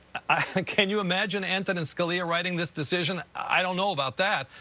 can you imagine antonin scalia writing this decision? i don't know about that,